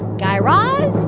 guy raz,